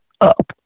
up